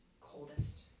coldest